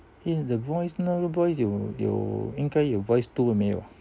in the voice 那个 voice 有应该有 voice two 了没有